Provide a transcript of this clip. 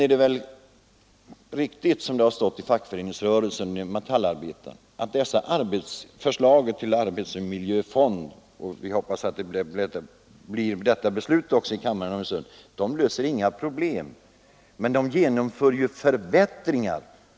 Det är väl riktigt som det har stått i Fackföreningsrörelsen och Metallarbetaren, att förslaget om en arbetsmiljöfond — vi hoppas att det leder till ett beslut i kammaren om en stund — inte löser några problem, men det betyder förbättringar.